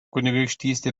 kunigaikštystė